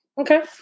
Okay